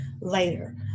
later